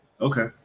Okay